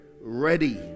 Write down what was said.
ready